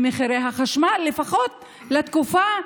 לפחות לתקופה,